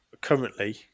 currently